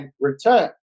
return